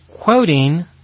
quoting